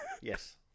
Yes